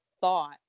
thought